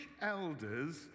elders